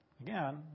Again